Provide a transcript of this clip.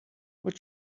what